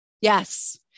Yes